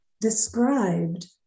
described